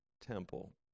temple